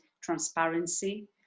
transparency